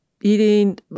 eating